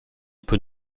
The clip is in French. peut